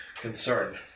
concern